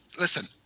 listen